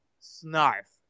Snarf